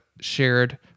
shared